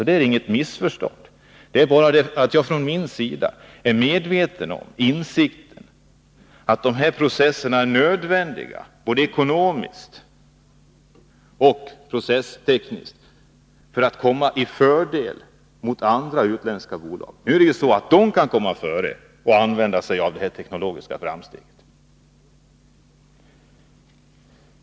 Det är inget missförstånd. Det är bara det att jag har insikten om att de här processerna är nödvändiga både ekonomiskt och processtekniskt för att man skall komma i ett fördelaktigare läge än andra utländska bolag. De kan visserligen komma före och använda sig av detta teknologiska framsteg.